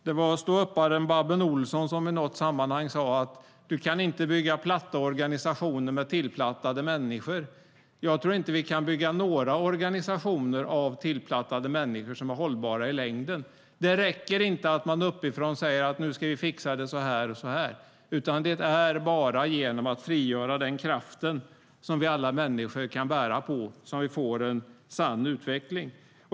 Det var ståupparen Babben Larsson som i något sammanhang sade: Du kan inte bygga platta organisationer med tillplattade människor. Jag tror inte att några organisationer som är hållbara i längden kan byggas av tillplattade människor. Det räcker inte att man uppifrån säger att nu ska vi fixa det så här och så här, utan det är bara genom att frigöra den kraft som vi alla människor kan bära på som vi får en sann utveckling.